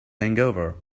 hangover